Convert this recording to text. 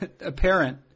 apparent